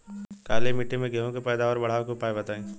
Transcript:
काली मिट्टी में गेहूँ के पैदावार बढ़ावे के उपाय बताई?